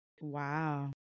Wow